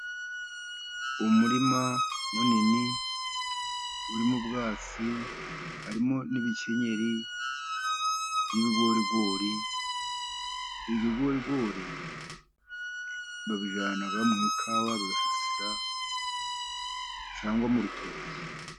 Umurima munini urimo ubwatsi, harimo n'ibikenyeri by'ibigorigori, ibigorigori babijyana mu ikawa bigasasira cyangwa mu rutoki.